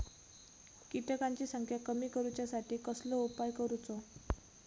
किटकांची संख्या कमी करुच्यासाठी कसलो उपाय करूचो?